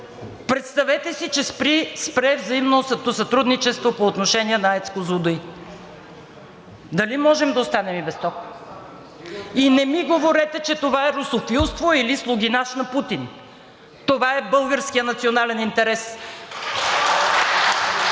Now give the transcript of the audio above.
Представете си, че спре взаимното сътрудничество по отношение на АЕЦ „Козлодуй“. Дали можем да останем и без ток? И не ми говорете, че това е русофилство или слугинаж на Путин. Това е българският национален интерес